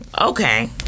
okay